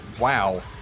Wow